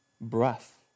breath